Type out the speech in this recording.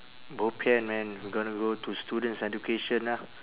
bo bian man we gonna go to students education ah